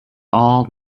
all